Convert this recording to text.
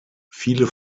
viele